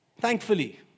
thankfully